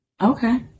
Okay